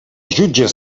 jutges